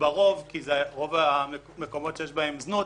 כי שם רוב המקומות שיש בהם זנות.